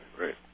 Right